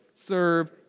serve